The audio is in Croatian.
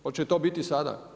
Hoće to biti sada?